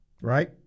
Right